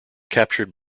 captured